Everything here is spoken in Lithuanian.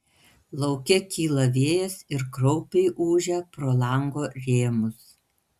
lauke kyla vėjas ir kraupiai ūžia pro lango rėmus